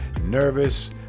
Nervous